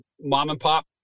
mom-and-pop